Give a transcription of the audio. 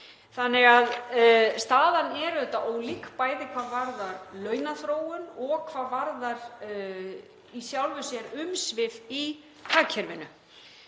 var 8,6%. Staðan er því ólík, bæði hvað varðar launaþróun og hvað varðar í sjálfu sér umsvif í hagkerfinu.